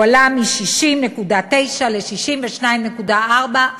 הוא עלה מ-60.9% ל-62.4%.